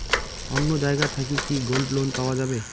অন্য জায়গা থাকি কি গোল্ড লোন পাওয়া যাবে?